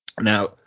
Now